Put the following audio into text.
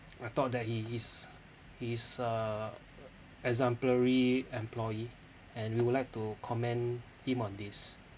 I thought that he is he is uh exemplary employee and we would like to commend him on this